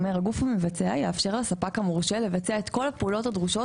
אומר: הגוף המבצע יאפשר לספק המורשה לבצע את כל הפעולות הדרושות,